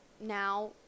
now